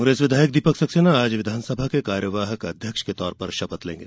कांग्रेस विधायक दीपक सक्सेना आज विधानसभा के कार्यवाहक अध्यक्ष के तौर पर शपथ लेंगे